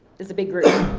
is a big group.